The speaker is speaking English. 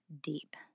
deep